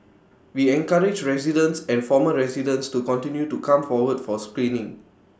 we encourage residents and former residents to continue to come forward for screening